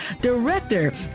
Director